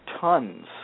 tons